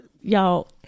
Y'all